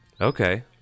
Okay